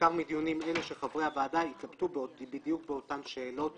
ניכר מדיונים אלה שחברי הוועדה התלבטו בדיוק באותן שאלות